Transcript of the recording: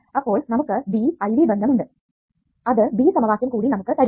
അപ്പോൾ നമുക്ക് B I V ബന്ധം ഉണ്ട് അത് B സമവാക്യം കൂടി നമുക്ക് തരുന്നു